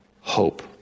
hope